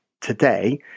today